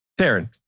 Taryn